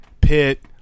Pitt